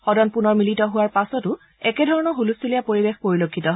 সদন পুনৰ মিলিত হোৱাৰ পাছতো একেধৰণৰ হুলস্থূলীয়া পৰিৱেশ পৰিলক্ষিত হয়